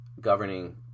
governing